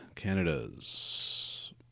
Canada's